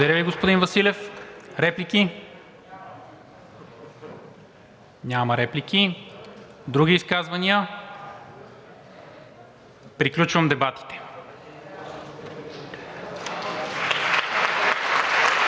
Благодаря Ви, господин Василев. Реплики? Няма. Други изказвания? Приключвам дебатите.